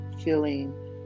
feeling